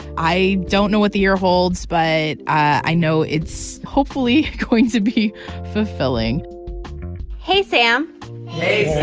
i don't know what the year holds. but i know it's, hopefully, going to be fulfilling hey, sam hey, sam